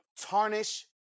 tarnish